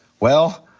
well,